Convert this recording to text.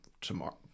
tomorrow